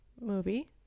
movie